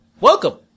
Welcome